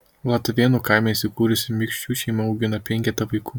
latavėnų kaime įsikūrusi mikšių šeima augina penketą vaikų